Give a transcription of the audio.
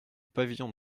pavillon